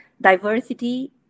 diversity